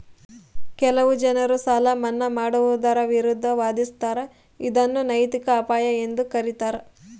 ಕೆಲವು ಜನರು ಸಾಲ ಮನ್ನಾ ಮಾಡುವುದರ ವಿರುದ್ಧ ವಾದಿಸ್ತರ ಇದನ್ನು ನೈತಿಕ ಅಪಾಯ ಎಂದು ಕರೀತಾರ